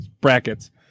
brackets